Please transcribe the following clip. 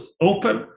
open